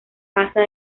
casa